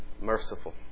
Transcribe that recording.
merciful